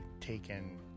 taken